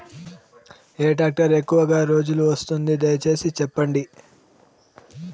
ఏ tractor ఎక్కువగా రోజులు వస్తుంది, దయసేసి చెప్పండి?